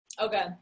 okay